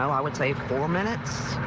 know, i would say four minutes?